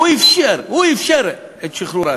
הוא אפשר את שחרור האסירים.